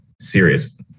serious